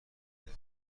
میده